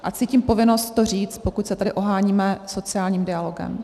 A cítím povinnost to říct, pokud se tedy oháníme sociálním dialogem.